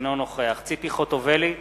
אינו נוכח ציפי חוטובלי,